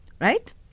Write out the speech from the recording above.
right